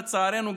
לצערנו,